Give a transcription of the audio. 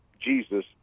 Jesus